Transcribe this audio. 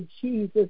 Jesus